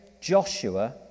Joshua